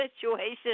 Situation